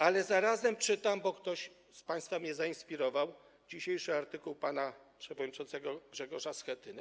Ale zarazem czytam, bo ktoś z państwa mnie zainspirował, dzisiejszy artykuł pana przewodniczącego Grzegorza Schetyny.